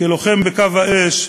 כלוחם בקו האש,